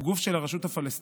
זהו גוף של הרשות הפלסטינית,